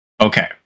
Okay